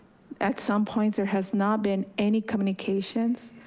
at some points there has not been any communications.